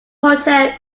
hotel